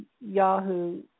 Yahoo